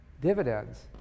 dividends